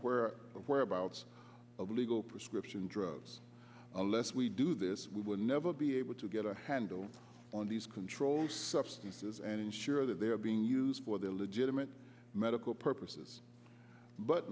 the whereabouts of illegal prescription drugs unless we do this we will never be able to get a handle on these controlled substances and ensure that they are being used for their legitimate medical purposes but